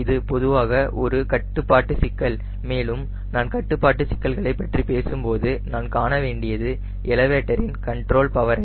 இது பொதுவாக ஒரு கட்டுப்பாட்டு சிக்கல் மேலும் நான் கட்டுப்பாட்டு சிக்கல்களைப் பற்றி பேசும்போது நான் காண வேண்டியது எலவேட்டர் இன் கண்ட்ரோல் பவரை